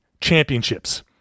championships